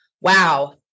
wow